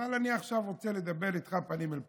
אבל אני עכשיו רוצה לדבר איתך פנים אל פנים.